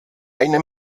eine